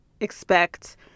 expect